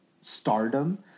stardom